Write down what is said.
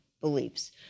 beliefs